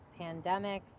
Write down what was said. pandemics